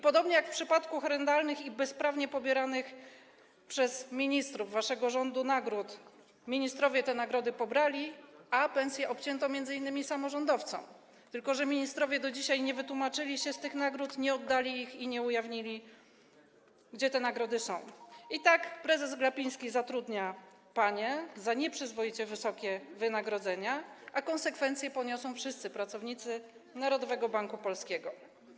Podobnie jak było w przypadku horrendalnych i bezprawnie pobieranych przez ministrów waszego rządu nagród - ministrowie te nagrody pobrali, a pensje obcięto m.in. samorządowcom, natomiast ministrowie do dzisiaj nie wytłumaczyli się z tych nagród, nie oddali ich i nie ujawnili, gdzie pieniądze za te nagrody są - prezes Glapiński zatrudnia panie za nieprzyzwoicie wysokie wynagrodzenia, a konsekwencje poniosą wszyscy pracownicy Narodowego Banku Polskiego.